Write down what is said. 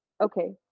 Okay